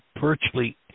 virtually